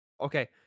Okay